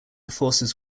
forces